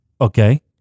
Okay